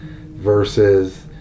versus